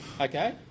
Okay